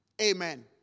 Amen